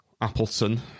Appleton